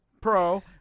pro